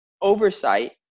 oversight